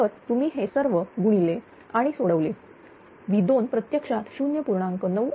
तर तुम्ही हे सर्व गुणले आणि सोडवले V2प्रत्यक्षात 0